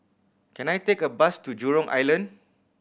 can I take a bus to Jurong Island